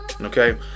Okay